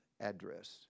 address